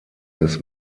des